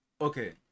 Okay